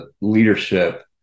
leadership